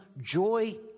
joy